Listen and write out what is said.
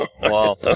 Wow